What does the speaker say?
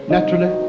Naturally